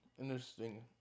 interesting